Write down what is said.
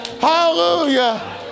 Hallelujah